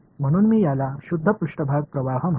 म्हणून मी याला शुद्ध पृष्ठभाग प्रवाह म्हणतो